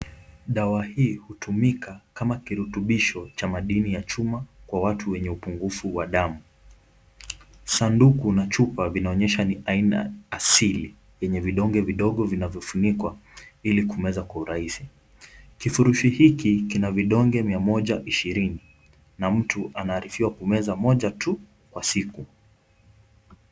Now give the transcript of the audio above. Dawa hii hutumika kama kirutubisho cha madini ya chuma kwa watu wenye upungufu wa damu. Sanduku na chupa vinaonyesha ni aina asili ya vidonge vidogo vinavyofunikwa ili kumeza kwa urahisi, kifurushi hiki kina vidonge mia moja ishirini na mtu anaarifiwa kumeza moja tu kwa siku.